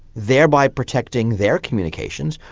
thereby protecting their communications,